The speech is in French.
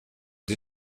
des